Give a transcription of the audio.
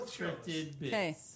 Okay